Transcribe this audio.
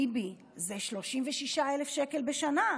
ביבי: זה 36,000 שקל בשנה.